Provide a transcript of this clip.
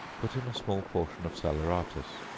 put in a small portion of salaeratus,